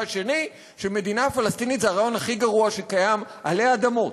השני שמדינה פלסטינית היא הרעיון הכי גרוע שקיים עלי אדמות,